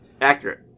Accurate